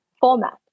format